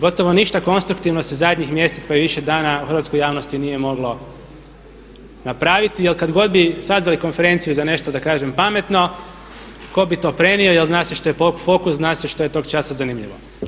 Gotovo ništa konstruktivno se zadnjih mjesec pa i više dana u hrvatskoj javnosti nije moglo napraviti jer kad god bi sazvali konferenciju za nešto da kažem pametno, tko bi to prenio, jer zna se što je pokus, zna se što je tog časa zanimljivo.